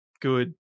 good